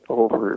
over